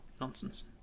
nonsense